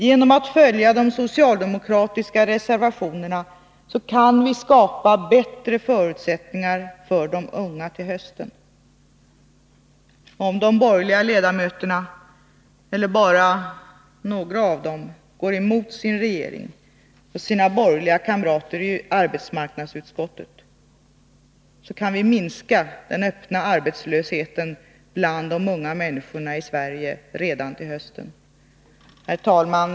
Genom att följa de socialdemokratiska reservationerna kan vi skapa bättre förutsättningar för de unga till hösten. Om de borgerliga ledamöterna — eller bara några av dem — går emot sin regering och sina borgerliga kamrater i arbetsmarknadsutskottet kan vi minska den öppna arbetslösheten bland de unga människorna i Sverige redan till hösten. Herr talman!